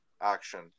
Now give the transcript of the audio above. action